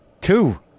Two